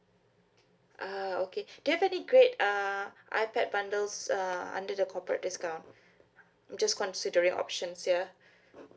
ah okay definitely great uh ipad bundles uh under the corporate discount just considering options ya